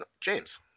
James